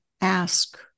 ask